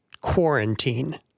quarantine